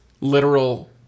literal